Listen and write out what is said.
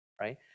right